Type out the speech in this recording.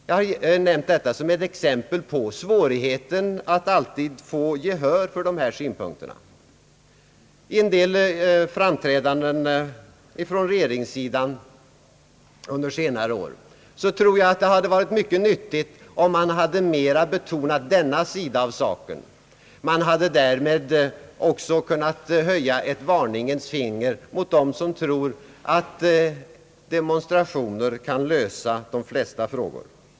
Jag har nämnt detta som ett exempel på svårigheterna att alltid vinna gehör för dessa synpunkter. I en del framträdanden som man gjort från regeringshåll under senare år tror jag att det hade varit mycket nyttigare om man mera hade betonat denna sida av saken. Man hade därmed också kunnat höja varningens finger mot dem som tror att demonstrationer kan lösa de flesta frågor.